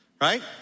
Right